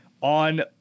on